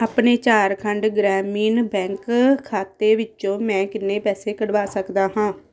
ਆਪਣੇ ਝਾਰਖੰਡ ਗ੍ਰਾਮੀਣ ਬੈਂਕ ਖਾਤੇ ਵਿੱਚੋਂ ਮੈਂ ਕਿੰਨੇ ਪੈਸੇ ਕਢਵਾ ਸਕਦਾ ਹਾਂ